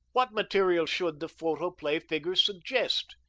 what materials should the photoplay figures suggest?